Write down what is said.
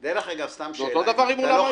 זה אותו דבר עם אולם אירועים.